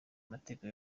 amateka